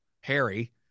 Harry